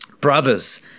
Brothers